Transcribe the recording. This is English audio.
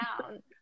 down